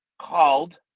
called